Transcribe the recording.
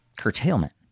curtailment